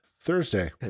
Thursday